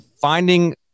finding